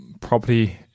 property